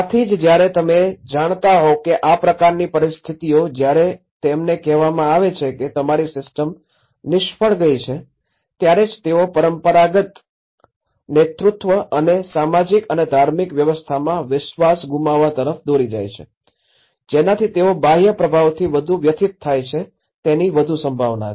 આથી જ જ્યારે તમે જાણતા હોવ કે આ પ્રકારની પરિસ્થિતિઓ જ્યારે તેમને કેહવામાં આવે છે કે તમારી સિસ્ટમ નિષ્ફળ ગઈ છે ત્યારે જ તેઓ પરંપરાગત નેતૃત્વ અને સામાજિક અને ધાર્મિક વ્યવસ્થામાં વિશ્વાસ ગુમાવવા તરફ દોરી જાય છે જેનાથી તેઓ બાહ્ય પ્રભાવથી વધુ વ્યથિત થાય તેની વધુ સંભાવના છે